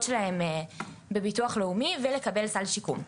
שלהם בביטוח לאומי ולקבל סל שיקום.